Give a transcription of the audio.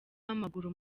w’amaguru